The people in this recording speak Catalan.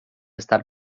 estar